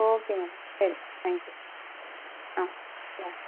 okay madam சரி thank you ah ah